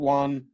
one